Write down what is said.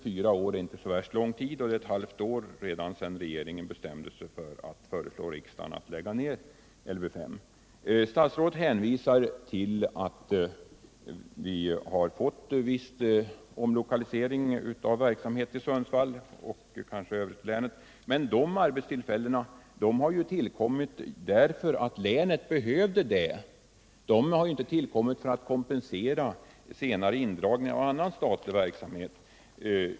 Fyra år är inte så lång tid, och det har redan gått ett halvt år sedan regeringen bestämde sig för att föreslå riksdagen att lägga ned Lv 5. Statsrådet hänvisar till att vi har fått viss omlokalisering av verksamhet till Sundsvall och även till länet i övrigt. Men de arbetstillfällena har ju tillkommit därför att länet behövde sådana arbetstillfällen — de har inte tillkommit för att kompensera senare indragningar av annan statlig verksamhet.